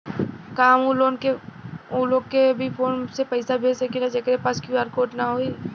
का हम ऊ लोग के भी फोन से पैसा भेज सकीला जेकरे पास क्यू.आर कोड न होई?